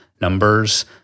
numbers